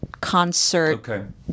concert